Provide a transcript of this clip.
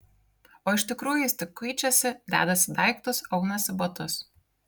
o iš tikrųjų jis tik kuičiasi dedasi daiktus aunasi batus